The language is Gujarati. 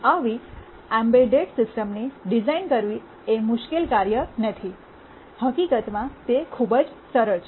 આવી એમ્બેડ સિસ્ટમની ડિઝાઇન કરવી એ મુશ્કેલ કાર્ય નથી હકીકતમાં તે ખૂબ જ સરળ છે